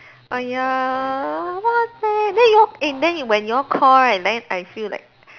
!aiya! what the heck then you all eh then when you all call right then I feel like